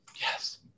Yes